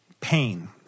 pain